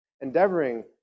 endeavoring